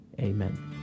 amen